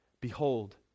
Behold